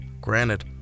Granted